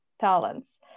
talents